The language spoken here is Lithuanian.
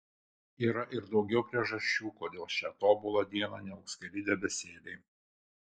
yra ir daugiau priežasčių kodėl šią tobulą dieną niauks keli debesėliai